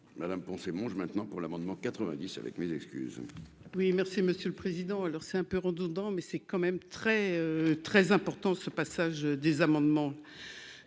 madame Monge maintenant pour l'amendement 90 avec mes excuses. Oui, merci Monsieur le Président, alors c'est un peu redondant, mais c'est quand même très, très important ce passage des amendements,